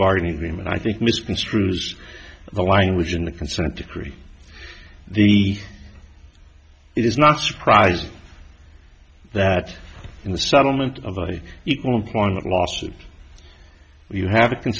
bargaining agreement i think misconstrues the language in the consent decree the it is not surprising that in the settlement of any equal employment lawsuit you have